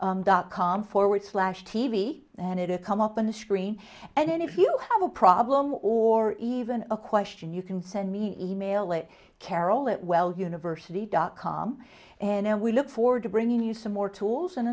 dot com forward slash t v and it or come up on the screen and then if you have a problem or even a question you can send me e mail it carol at wells university dot com and we look forward to bringing you some more tools and